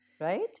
right